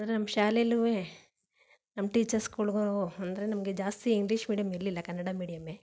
ಆದರೆ ನಮ್ಮ ಶಾಲೆಲುನೂ ನಮ್ಮ ಟೀಚರ್ಸ್ಗಳಿಗೂ ಅಂದರೆ ನಮಗೆ ಜಾಸ್ತಿ ಇಂಗ್ಲೀಷ್ ಮೀಡಿಯಮ್ ಇರಲಿಲ್ಲ ಕನ್ನಡ ಮಿಡಿಯಮ್ಮೆ